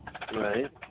Right